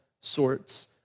sorts